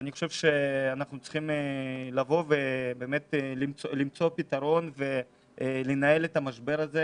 אני חושב שאנחנו צריכים לבוא ובאמת למצוא פתרון ולנהל את המשבר הזה,